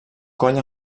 coll